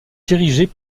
dirigées